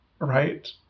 Right